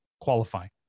qualifying